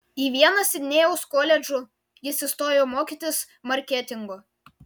į vieną sidnėjaus koledžų jis įstojo mokytis marketingo